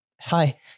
hi